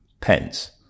pence